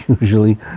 usually